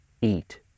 eat